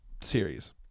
series